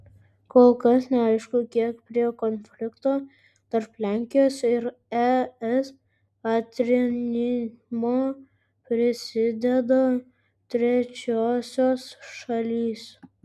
kol kas neaišku kiek prie konflikto tarp lenkijos ir es aitrinimo prisideda trečiosios šalys